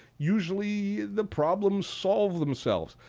usually the problems solve themselves.